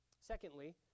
Secondly